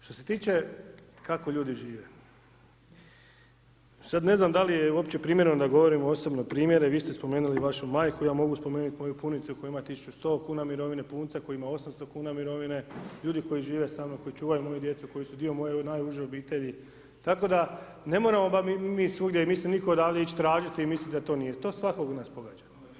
Što se tiče kako ljudi žive, sad ne znam uopće primjereno da govorim osobne primjere, vi ste spomenuli vašu majku, ja mogu spomenuti moju punicu koja ima 1.100,00 kn mirovine, punca koji ima 800,00 kn mirovine, ljudi koji žive sa mnom, koji čuvaju moju djecu, koji su dio moje najuže obitelji, tako da ne moramo mi svugdje, mislim nitko odavde tražiti i misliti da to nije, to svakog od nas pogađa.